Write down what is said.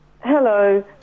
Hello